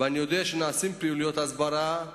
ואני יודע שנעשות פעילויות הסברה,